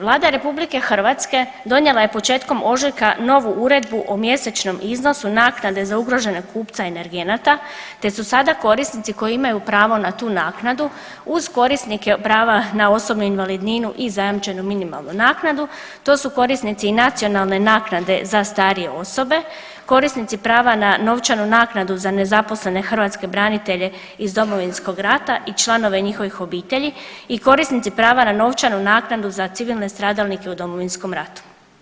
Vlada RH donijela je početkom ožujka novu Uredbu o mjesečnom iznosu naknade za ugrožene kupce energenata te su sada korisnici koji imaju pravo na tu naknadu uz korisnike prava na osobnu invalidninu i zajamčenu minimalnu naknadu, tu su i korisnici nacionalne naknade za starije osobe, korisnici prava na novčanu naknadu za nezaposlene hrvatske branitelje iz Domovinskog rata i članove njihovih obitelji i korisnici prava na novčanu naknadu za civilne stradalnike u Domovinskom ratu.